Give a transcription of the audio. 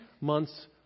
months